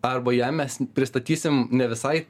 arba jam mes pristatysim ne visai